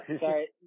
Sorry